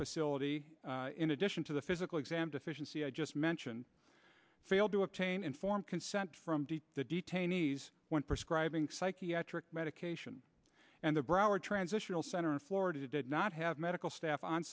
facility in addition to the physical exam deficiency i just mentioned failed to obtain informed consent from the detainees went for scribing psychiatric medication and the broward transitional center in florida did not have medical st